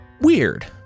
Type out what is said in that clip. weird